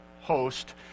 host